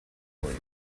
league